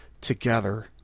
together